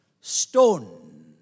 Stone